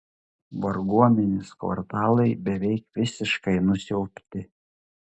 varguomenės kvartalai beveik visiškai nusiaubti